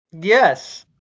Yes